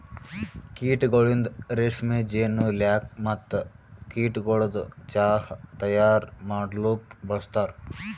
ಕೀಟಗೊಳಿಂದ್ ರೇಷ್ಮೆ, ಜೇನು, ಲ್ಯಾಕ್ ಮತ್ತ ಕೀಟಗೊಳದು ಚಾಹ್ ತೈಯಾರ್ ಮಾಡಲೂಕ್ ಬಳಸ್ತಾರ್